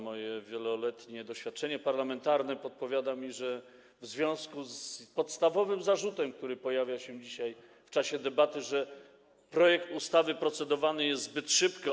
Moje wieloletnie doświadczenie parlamentarne podpowiada mi to w związku z podstawowym zarzutem, który pojawiał się dzisiaj w czasie debaty - że projekt ustawy procedowany jest zbyt szybko.